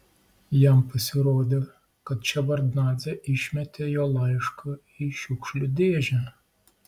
jam pasirodė kad ševardnadzė išmetė jo laišką į šiukšlių dėžę